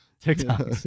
TikTok